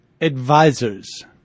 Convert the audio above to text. advisors